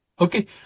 Okay